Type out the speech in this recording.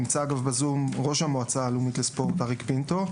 נמצא בזום ראש המועצה הלאומית לספורט אריק פינטו.